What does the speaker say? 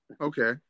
Okay